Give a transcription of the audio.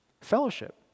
Fellowship